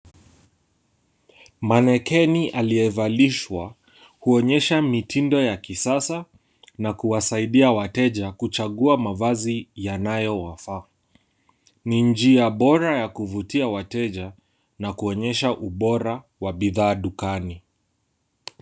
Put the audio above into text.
Manikini aliyevalishwa, kuonyesha mitindo ya kisasa na kuwasaidia wateja kuchagua mavazi yanayowafaa. Ni njia bora ya kuvutia wateja, na kuonyesha ubora wa bidhaa dukani.